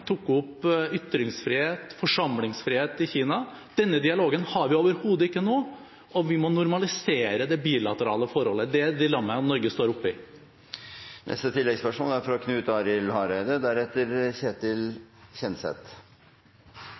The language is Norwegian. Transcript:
tok opp ytringsfrihet, forsamlingsfrihet i Kina. Denne dialogen har vi overhodet ikke nå, og vi må normalisere det bilaterale forholdet. Det dilemmaet er det Norge står oppe i. Knut Arild Hareide